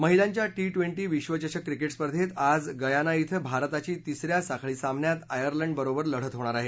महिलांच्या T twenty विक्षचषक cricket स्पर्धेत आज गयाना ॐ भारताची तिसऱ्या साखळी सामन्यात आयर्लंडबरोबर लढत होणार आहे